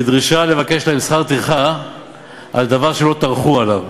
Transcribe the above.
בדרישה לבקש להם שכר טרחה על דבר שלא טרחו עליו.